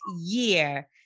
year